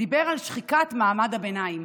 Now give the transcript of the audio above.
דיבר על שחיקת מעמד הביניים.